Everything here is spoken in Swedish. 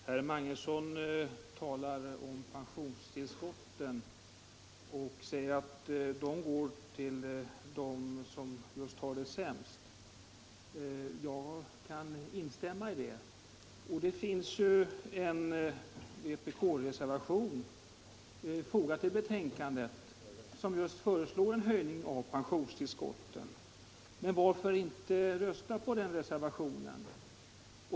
Herr talman! Herr Magnusson i Nennesholm säger att pensionstillskotten går till dem som har det sämst ställt. Jag kan instämma i det. Det finns en vpk-reservation fogad till betänkandet, i vilken föreslås just en höjning av pensionstillskotten. Varför inte rösta på den reservationen?